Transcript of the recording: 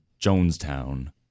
Jonestown